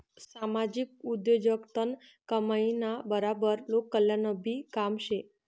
सामाजिक उद्योगजगतनं कमाईना बराबर लोककल्याणनंबी काम शे